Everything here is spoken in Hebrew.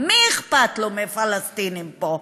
הפלסטינים, מי אכפת לו מהפלסטינים פה,